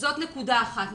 זאת נקודה אחת.